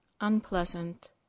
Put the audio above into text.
unpleasant